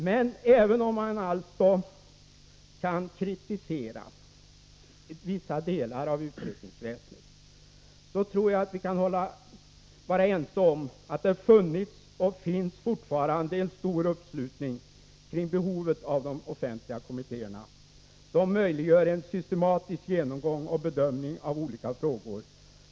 Men även om man alltså kan kritisera vissa delar av utredningsväsendet, tror jag att vi kan vara ense om att det funnits och fortfarande finns en stor uppslutning kring behovet av de offentliga kommittéerna. De möjliggör en systematisk genomgång och bedömning av olika frågor.